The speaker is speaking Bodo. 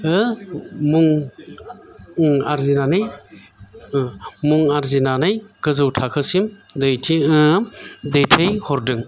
मुं आरजिनानै मुं आरजिनानै गोजौ थाखोसिम दैथिं दैथिं हरदों